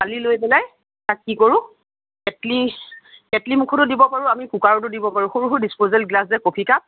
চালি লৈ পেলাই তাক কি কৰোঁ কেটলি কেটলি মূখতো দিব পাৰোঁ আমি কুকাৰতো দিব পাৰোঁ সৰু সৰু দিচপজেল গিলাচ যে কফি কাপ